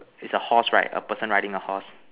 is a horse right a person riding the horse